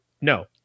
no